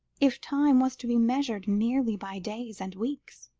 if time was to be measured merely by days and weeks.